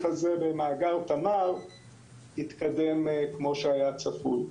הזה במאגר תמר התקדם כמו שהיה צפוי.